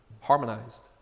harmonized